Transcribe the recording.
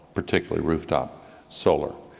particularly rooftop solar.